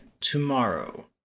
Tomorrow